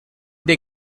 they